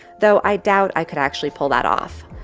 though i doubt i could actually pull that off.